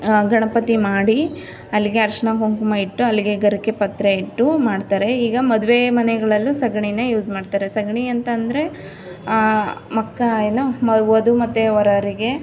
ಗಣಪತಿ ಮಾಡಿ ಅಲ್ಲಿಗೆ ಅರಶಿನ ಕುಂಕುಮ ಇಟ್ಟು ಅಲ್ಲಿಗೆ ಗರಿಕೆ ಪತ್ರೆ ಇಟ್ಟು ಮಾಡ್ತಾರೆ ಈಗ ಮದುವೆ ಮನೆಗಳಲ್ಲೂ ಸಗಣಿನೆ ಯೂಸ್ ಮಾಡ್ತಾರೆ ಸಗಣಿ ಅಂತ ಅಂದ್ರೆ ಮಕ್ಕ ಏನು ಮ ವಧು ಮತ್ತು ವರರಿಗೆ